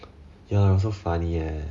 ya so funny leh